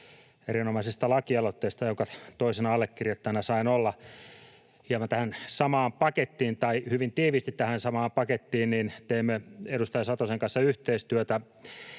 erinomaisesta lakialoitteesta, jonka toisena allekirjoittajana sain olla. Hyvin tiiviisti tähän samaan pakettiin teimme edustaja Satosen kanssa yhteistyötä.